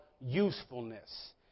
usefulness